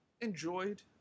enjoyed